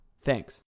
Thanks